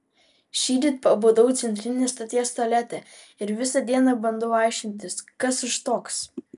šįryt pabudau centrinės stoties tualete ir visą dieną bandau aiškintis kas aš toks